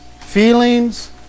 feelings